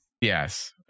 Yes